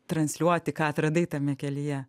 transliuoti ką atradai tame kelyje